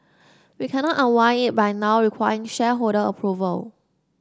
we cannot unwind it by now requiring shareholder approval